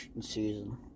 season